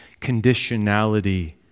conditionality